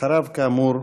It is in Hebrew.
אחריו, כאמור,